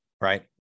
Right